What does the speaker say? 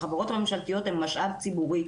החברות הממשלתיות הן משאב ציבורי.